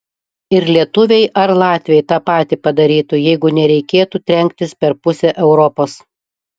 ir lietuviai ar latviai tą patį padarytų jeigu nereikėtų trenktis per pusę europos